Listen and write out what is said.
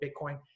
Bitcoin